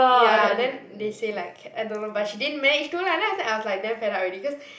ya then they say like I don't know but she didn't manage to lah then after that I was like damn fed up already cause